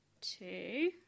two